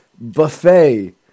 buffet